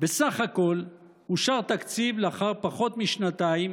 בסך הכול אושר תקציב לאחר פחות משנתיים,